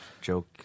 joke